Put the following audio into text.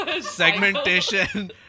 segmentation